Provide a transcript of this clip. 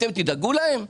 אתם תדאגו להן?